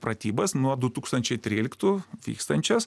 pratybas nuo du tūkstančiai tryliktų vykstančias